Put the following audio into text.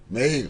מאיר,